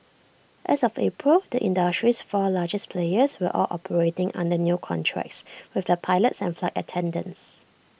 as of April the industry's four largest players were all operating under new contracts with their pilots and flight attendants